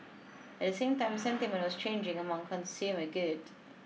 at the same time sentiment was changing among consumer good